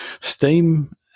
steam